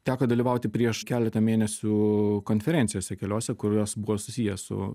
teko dalyvauti prieš keletą mėnesių konferencijose keliose kurios buvo susiję su